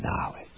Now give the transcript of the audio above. knowledge